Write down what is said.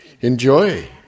enjoy